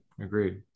Agreed